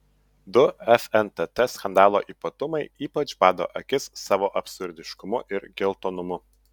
du fntt skandalo ypatumai ypač bado akis savo absurdiškumu ir geltonumu